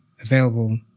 available